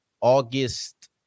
August